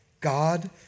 God